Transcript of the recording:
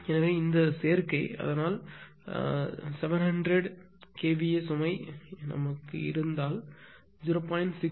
எனவே இந்த வழி சேர்க்கை அதனால் 700 kVA சுமை இருந்தால் 0